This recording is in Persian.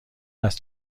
است